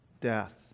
death